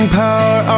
power